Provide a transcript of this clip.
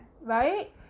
Right